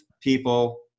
people